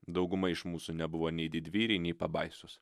dauguma iš mūsų nebuvo nei didvyriai nei pabaisos